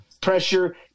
pressure